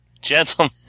Gentlemen